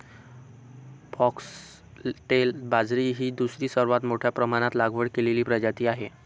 foxtail बाजरी ही दुसरी सर्वात मोठ्या प्रमाणात लागवड केलेली प्रजाती आहे